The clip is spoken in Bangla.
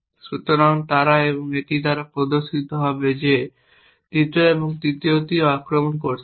সুতরাং তারা এবং এটি দ্বারা প্রদর্শিত হবে যে দ্বিতীয় এবং তৃতীয়টিও আক্রমণ করছে না